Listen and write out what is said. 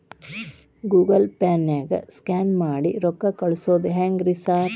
Google ಪೇನಾಗ scan ಮಾಡಿ ರೊಕ್ಕಾ ಕಳ್ಸೊದು ಹೆಂಗ್ರಿ ಸಾರ್?